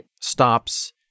stops